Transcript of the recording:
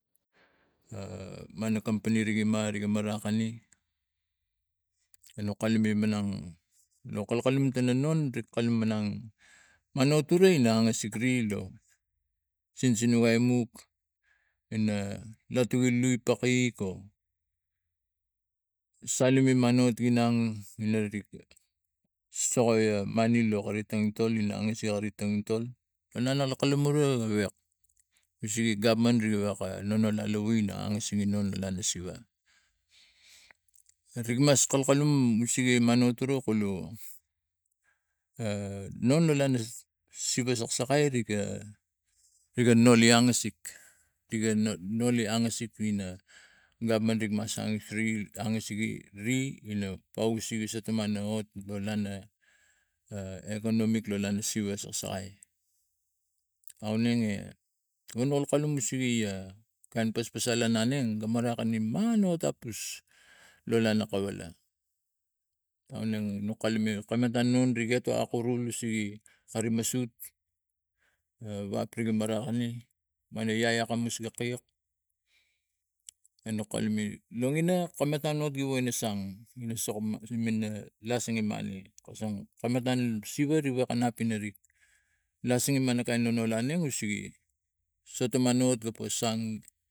Mana kompani rigi ma rigi marakani anok kalume manang no kalkalum tana nun ge kalume manang mana atura ina angasik ri lo sinsinu ai mok ina lotu ilai pakik lo salime manot inang na rik sokoi a mani lo kari toltol ina angasik ari gi toltol gewek no igi gopman ri waka nono la lo ina angasik ano lana siva rikmas kalkalum nusege manuat or okalu no lo lana siva saksakai rika noli angasik ina gopman rik mas sang ri angasik ri ina pausik sotoman no hot lo lana economik lana siva saksakai. Aunenge vonvon kalum osewe a kain paspas anen ga marakani man no tapus lo lana kawala. Aunenge kawa no kalume kama ta non akarol sege kari masut wak pira marakani mara iai akamus ga kaiiak eno kalume kamat givo ina sang in sokoma ina lasine mana kosong kamat tan sive igo woka nap ina rik lasine lo kain nonol aneng usege